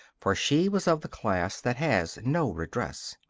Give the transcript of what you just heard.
for she was of the class that has no redress.